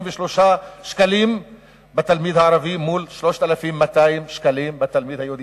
שקלים בתלמיד הערבי מול 3,200 בתלמיד היהודי.